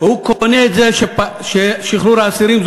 הוא קונה את זה ששחרור האסירים הוא